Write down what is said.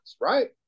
right